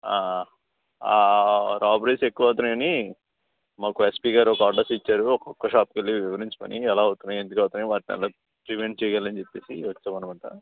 robberies ఎక్కువ అవుతున్నాయని మాకు ఎస్పి గారు ఒక ఆర్డర్స్ ఇచ్చారు ఒక్కక్క షాప్కెళ్ళి వివరించమని ఎలా అవుతున్నాయి ఎందుకు అవుతున్నాయి వాటిని ఎలా ప్రివెంట్ చెయ్యాలని చెప్పేసి వచ్చామనమాట